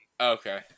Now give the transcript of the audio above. Okay